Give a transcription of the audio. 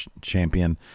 champion